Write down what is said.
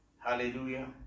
Hallelujah